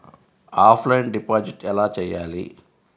Offline deposit ఎలా చేయాలి?